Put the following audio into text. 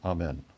Amen